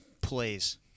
plays